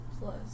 Plus